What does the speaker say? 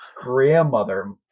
grandmother